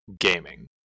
gaming